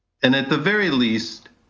and at the very least,